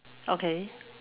okay